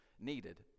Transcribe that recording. needed